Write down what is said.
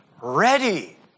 ready